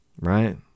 Right